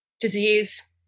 disease